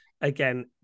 Again